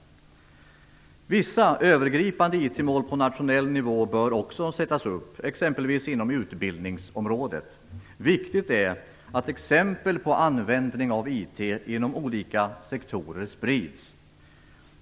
Vissa övergripande IT-mål på nationell nivå bör också sättas upp, exempelvis inom utbildningsområdet. Viktigt är att exempel på användning av IT inom olika sektorer sprids.